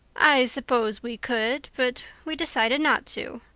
i suppose we could, but we decided not to.